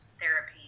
therapy